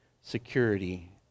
security